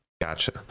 Gotcha